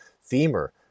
femur